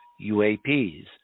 UAPs